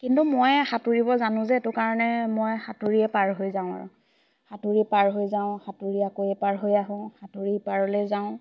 কিন্তু মই সাঁতুৰিব জানো যে এইটো কাৰণে মই সাঁতুৰিয়ীয়ে পাৰ হৈ যাওঁ আৰু সাঁতুৰি পাৰ হৈ যাওঁ সাঁতুৰি আকৌে পাৰ হৈ আহোঁ সাঁতুৰি পাৰলে যাওঁ